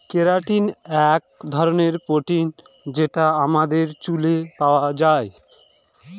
keratin এক ধরনের protein যেটা আমাদের চুলে পাওয়া যায়